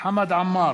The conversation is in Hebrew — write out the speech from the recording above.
חמד עמאר,